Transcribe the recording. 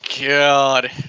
God